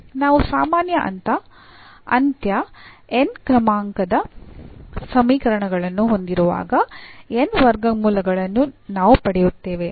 ನಾವು ಸಾಮಾನ್ಯ ಅಂತ್ಯ n ನೇ ಕ್ರಮದ ಸಮೀಕರಣಗಳನ್ನು ಹೊಂದಿರುವಾಗ n ವರ್ಗಮೂಲಗಳನ್ನು ನಾವು ಪಡೆಯುತ್ತೇವೆ